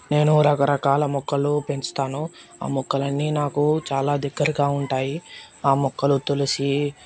నేను రకరకాల మొక్కలు పెంచుతాను ఆ మొక్కలన్నీ నాకు చాలా దగ్గరగా ఉంటాయి ఆ మొక్కలు తులసి